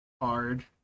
hard